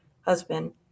husband